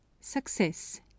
Success